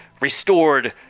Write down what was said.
restored